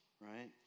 right